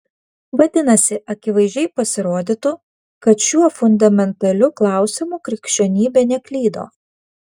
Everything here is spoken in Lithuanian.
vadinasi akivaizdžiai pasirodytų kad šiuo fundamentaliu klausimu krikščionybė neklydo